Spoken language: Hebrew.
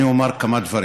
אני אומר כמה דברים.